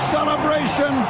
celebration